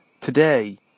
today